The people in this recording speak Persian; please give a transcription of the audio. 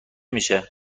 میشه